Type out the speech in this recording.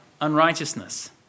unrighteousness